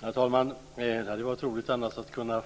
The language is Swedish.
Herr talman! Det hade varit roligt att få höra